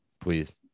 please